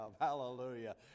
Hallelujah